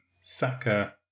Saka